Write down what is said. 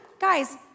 guys